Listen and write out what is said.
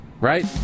right